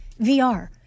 VR